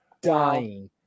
dying